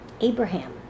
abraham